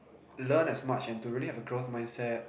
learn as much and to really have a growth mindset